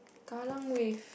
Kallang wave